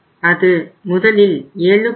அது முதலில் 7